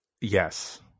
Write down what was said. yes